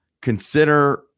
consider